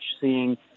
seeing